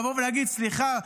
לבוא ולהגיד: סליחה,